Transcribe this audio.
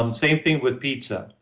and same thing with pizza.